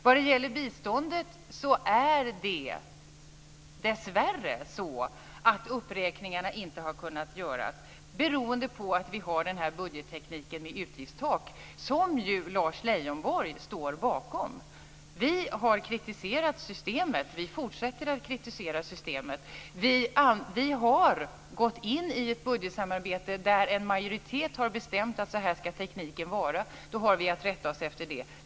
Vad gäller biståndet är det dessvärre så att uppräkningarna inte har kunnat göras beroende på att vi har budgettekniken med utgiftstak, som ju Lars Leijonborg står bakom. Vi i Vänsterpartiet har kritiserat systemet, och vi fortsätter att kritisera det. Vi har gått in i ett budgetsamarbete där en majoritet har bestämt hur tekniken ska vara, och då har vi att rätta oss efter det.